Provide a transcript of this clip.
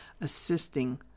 assisting